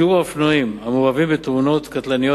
שיעור האופנועים המעורבים בתאונות קטלניות